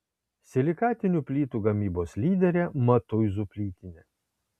silikatinių plytų gamybos lyderė matuizų plytinė